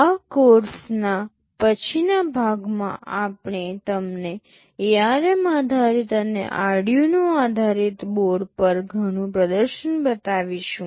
આ કોર્ષના પછીના ભાગમાં અમે તમને ARM આધારિત અને Arduino આધારિત બોર્ડ પર ઘણું પ્રદર્શન બતાવીશું